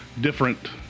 different